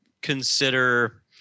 consider